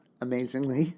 amazingly